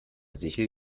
sichel